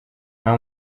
nta